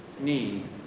need